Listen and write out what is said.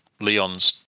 Leon's